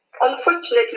Unfortunately